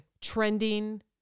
trending